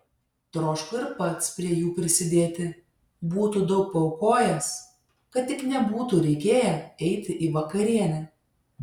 troško ir pats prie jų prisidėti būtų daug paaukojęs kad tik nebūtų reikėję eiti į vakarienę